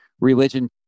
religion